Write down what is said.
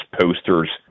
posters